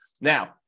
now